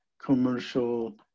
commercial